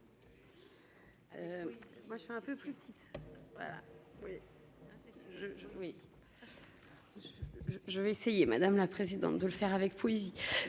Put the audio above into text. Je vais essayer. Madame la présidente de le faire avec poésie.